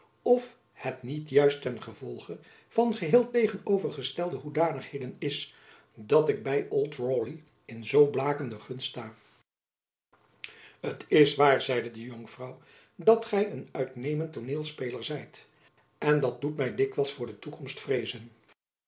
of het niet juist ten gevolge van geheel tegenovergestelde hoedanigheden is dat ik by old rowley in zoo blakende gunst sta t is waar zeide de jonkvrouw dat gy een uitnemend tooneelspeler zijt en dat doet my dikwijls voor de toekomst vreezen